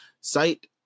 site